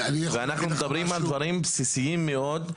ואנחנו מדברים על דברים בסיסים מאוד,